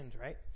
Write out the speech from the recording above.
right